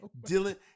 Dylan